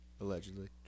allegedly